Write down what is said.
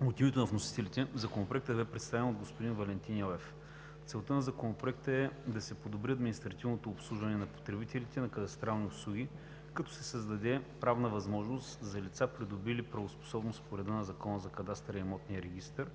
От името на вносителите Законопроектът бе представен от господин Валентин Йовев. Целта на Законопроекта е да се подобри административното обслужване на потребителите на кадастрални услуги, като се създаде правна възможност за лицата, придобили правоспособност по реда на Закона за кадастъра и имотния регистър,